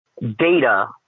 data